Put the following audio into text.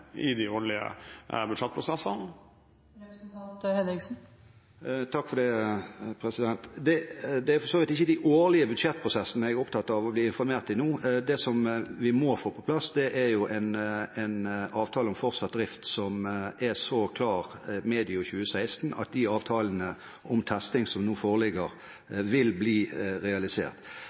Det er for så vidt ikke de årlige budsjettprosessene jeg er opptatt av å bli informert om nå. Det som vi må få på plass, er en avtale om fortsatt drift som er så klar medio 2016 at de avtalene om testing som nå foreligger, vil bli realisert.